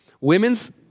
women's